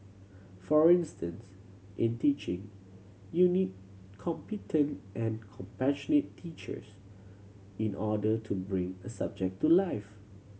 for instance in teaching you need competent and compassionate teachers in order to bring a subject to life